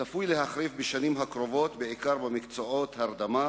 צפוי להחריף בשנים הקרובות בעיקר במקצועות הרדמה,